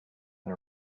and